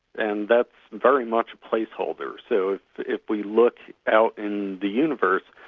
and that's very much placeholder. so if we look out in the universe,